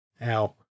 Now